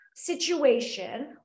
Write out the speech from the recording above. situation